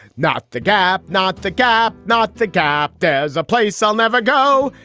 not the gap. not the gap. not the gap. there's a place i'll never go,